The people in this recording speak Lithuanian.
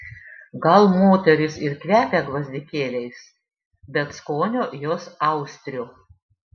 gal moterys ir kvepia gvazdikėliais bet skonio jos austrių